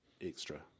extra